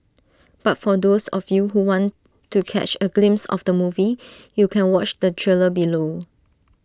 but for those of you who want to catch A glimpse of the movie you can watch the trailer below